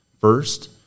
first